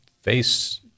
face